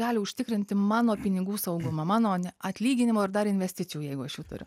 gali užtikrinti mano pinigų saugumą mano ne atlyginimo ir dar investicijų jeigu aš jų turiu